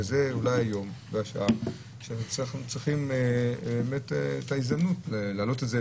וזה אולי היום והשעה שמנצלים את ההזדמנות להעלות את זה